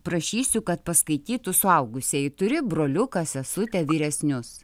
prašysiu kad paskaitytų suaugusieji turi broliuką sesutę vyresnius